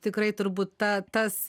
tikrai turbūt ta tas